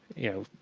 you know,